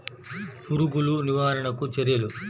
పురుగులు నివారణకు చర్యలు?